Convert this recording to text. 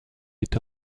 est